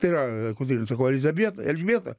tai yra kodėl sakau elizabieta elžbieta